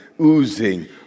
oozing